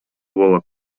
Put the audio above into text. болот